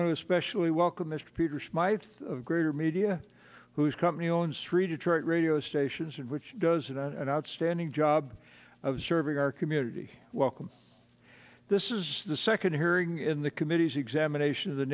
want to especially welcome mr peter smyth of greater media whose company owns three detroit radio stations and which does an outstanding job of serving our community welcome this is the second hearing in the committee's examination of the